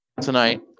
tonight